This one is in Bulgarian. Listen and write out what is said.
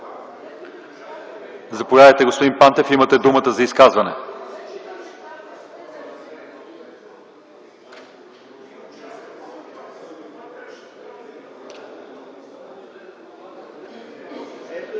Заповядайте, господин Пантев, имате думата за изказване.